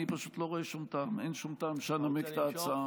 אני פשוט לא רואה שום טעם לנמק את ההצעה.